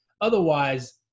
Otherwise